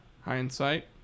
Hindsight